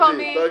התאגיד.